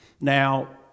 Now